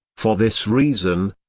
for this reason,